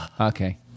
Okay